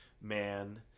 man